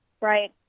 right